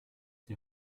die